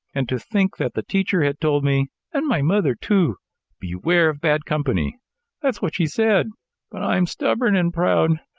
and to think that the teacher had told me and my mother, too beware of bad company that's what she said. but i'm stubborn and proud.